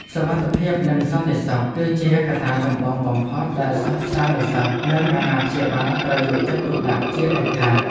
សុវត្ថិភាពនិងសន្តិសុខ គឺជាកត្តាចម្បងបំផុតដែលសិស្សានុសិស្សនិងអាណាព្យាបាលត្រូវយកចិត្តទុកដាក់ជាដាច់ខាត។